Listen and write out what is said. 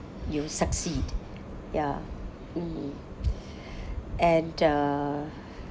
you succeed ya and uh